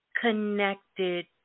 Connected